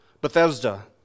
Bethesda